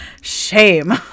shame